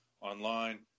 online